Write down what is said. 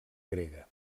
grega